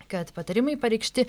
kad patarimai pareikšti